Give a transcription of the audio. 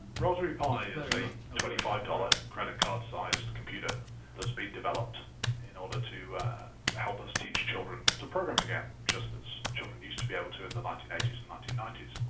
raspberry pi is a twenty five dollars credit-card sized computer that has been developed in order to help us teach children to program again, just as children used to be able to in the nineteen eighty s and nineteen ninety s.